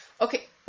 Okay